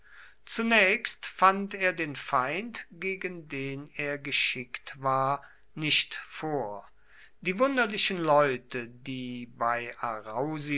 zunächst fand er den feind gegen den er geschickt war nicht vor die wunderlichen leute die bei